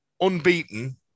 Unbeaten